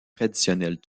traditionnelle